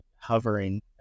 hovering